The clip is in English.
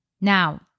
Now